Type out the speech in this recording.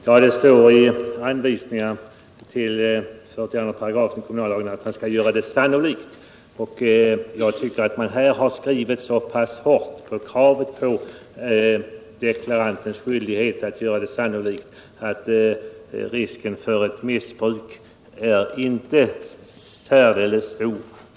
Herr talman! Det talas i anvisningarna till 42 § kommunallagen om att göra sannolikt. Jag anser att man här har drivit deklarantens skyldighet att göra sannolikt så hårt att risken för missbruk inte är stor.